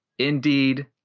indeed